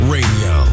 Radio